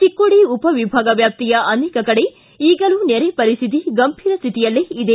ಚಿಕ್ಕೋಡಿ ಉಪವಿಭಾಗ ವ್ಯಾಪ್ತಿಯ ಅನೇಕ ಕಡೆ ಈಗಲೂ ನೆರೆ ಪರಿಸ್ತಿತಿ ಗಂಭೀರ ಸ್ಥಿತಿಯಲ್ಲೇ ಇದೆ